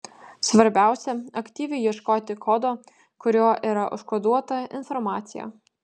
svarbiausia aktyviai ieškoti kodo kuriuo yra užkoduota informacija